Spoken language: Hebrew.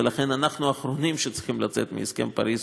ולכן אנחנו האחרונים שצריכים לצאת מהסכם פריז.